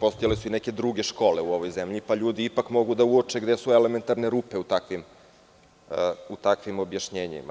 postojale su i neke druge škole u ovoj zemlji, pa ljudi ipak mogu da uoče gde su elementarne rupe u takvim objašnjenjima.